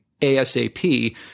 ASAP